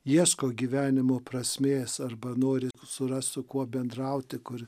ieško gyvenimo prasmės arba nori surast su kuo bendrauti kur